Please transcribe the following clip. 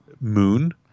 Moon